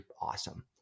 awesome